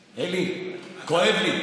אלי, כואב לי.